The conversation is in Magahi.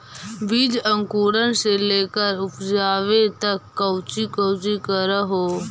बीज अंकुरण से लेकर उपजाबे तक कौची कौची कर हो?